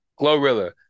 Glorilla